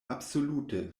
absolute